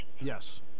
Yes